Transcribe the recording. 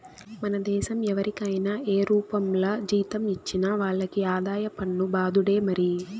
మన దేశం ఎవరికైనా ఏ రూపంల జీతం ఇచ్చినా వాళ్లకి ఆదాయ పన్ను బాదుడే మరి